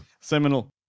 seminal